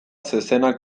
zezena